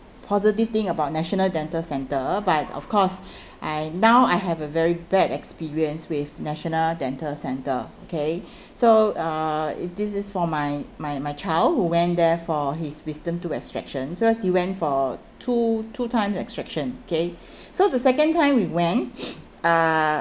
positive thing about national dental centre but of course I now I have a very bad experience with national dental centre okay so uh it this is for my my my child who went there for his wisdom tooth extraction so he went for two two times extraction okay so the second time we went uh